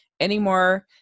anymore